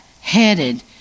headed